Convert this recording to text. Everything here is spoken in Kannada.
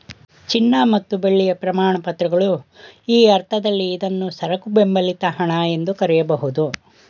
ಚಿನ್ನ ಮತ್ತು ಬೆಳ್ಳಿಯ ಪ್ರಮಾಣಪತ್ರಗಳು ಈ ಅರ್ಥದಲ್ಲಿ ಇದ್ನಾ ಸರಕು ಬೆಂಬಲಿತ ಹಣ ಎಂದು ಕರೆಯಬಹುದು